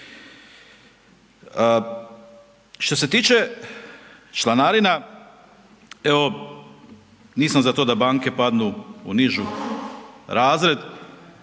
Što se tiče članarina, evo nisam za to da banke padnu u niži razred